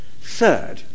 Third